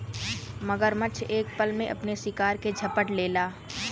मगरमच्छ एक पल में अपने शिकार के झपट लेला